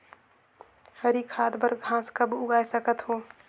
हरी खाद बर घास कब उगाय सकत हो?